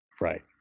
Right